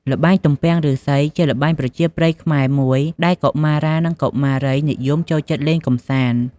ល្បែង ទំពាំងឬស្សី ជាល្បែងប្រជាប្រិយខ្មែរមួយដែលកុមារា និងកុមារីនិយមចូលចិត្តលេងកំសាន្ត។